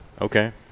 Okay